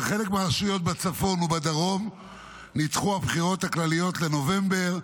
בחלק מהרשויות בצפון ובדרום נדחו הבחירות הכלליות לנובמבר,